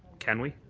can we?